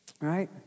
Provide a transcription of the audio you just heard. right